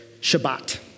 Shabbat